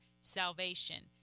salvation